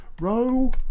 row